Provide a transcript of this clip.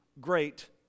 great